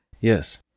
Yes